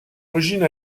origine